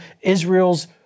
Israel's